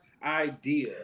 idea